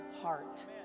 heart